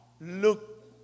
look